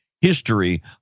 History